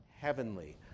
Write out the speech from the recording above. heavenly